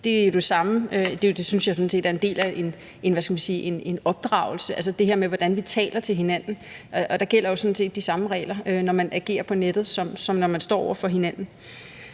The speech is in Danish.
nettet. Det synes jeg sådan set er en del af en opdragelse – altså det her med, hvordan vi taler til hinanden. Der gælder jo sådan set de samme regler, når man agerer på nettet, som når man står over for hinanden.